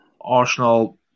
Arsenal